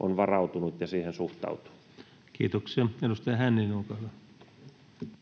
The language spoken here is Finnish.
on varautunut ja siihen suhtautuu. Kiitoksia. — Edustaja Hänninen, olkaa hyvä.